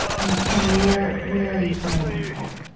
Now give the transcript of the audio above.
and and where where are you finding your hope?